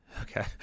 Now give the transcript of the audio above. Okay